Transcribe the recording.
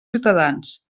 ciutadans